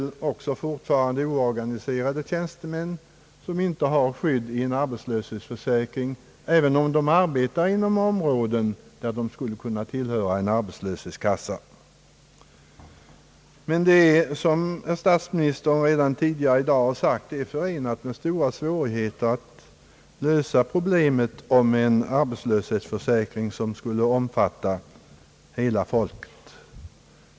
Det finns väl fortfarande oorganiserade tjänstemän som inte har skyddet av en arbetslöshetsförsäkring, även om de arbetar inom områden där de skulle kunna tillhöra en arbetslöshetskassa. Men det är, som herr statsministern redan tidigare i dag har sagt, förenat med stora svårigheter att lösa problemet om en arbetslöshetsförsäkring som skulle omfatta hela folket.